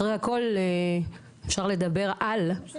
מיכל, שתפי אותנו בדברים אליהם נחשפת.